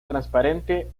transparente